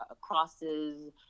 crosses